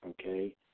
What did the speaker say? Okay